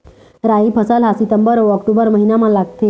राई फसल हा सितंबर अऊ अक्टूबर महीना मा लगथे